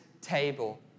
table